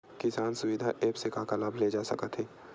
किसान सुविधा एप्प से का का लाभ ले जा सकत हे?